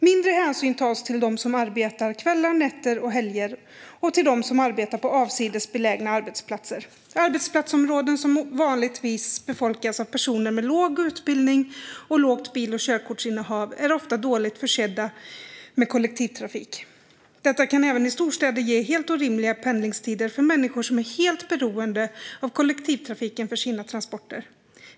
Mindre hänsyn tas till dem som arbetar kvällar, nätter och helger och till dem som arbetar på avsides belägna arbetsplatser. Arbetsplatsområden som vanligtvis befolkas av personer med låg utbildning och lågt bil och körkortsinnehav är ofta dåligt försedda med kollektivtrafik. Detta kan även i storstäder ge helt orimliga pendlingstider för människor som är helt beroende av kollektivtrafiken för sina transporter.